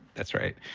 that's right.